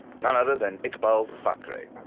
none other than iqbal fakri.